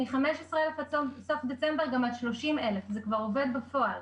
מ-15,000 עד סוף דצמבר גם עד 30,000. זה כבר עובד בפועל.